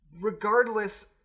regardless